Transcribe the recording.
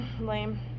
lame